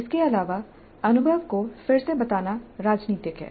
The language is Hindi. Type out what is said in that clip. इसके अलावा अनुभव को फिर से बताना राजनीतिक है